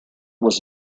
was